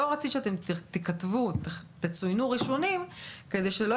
לא רצית שאתם תצוינו ראשונים כדי שלא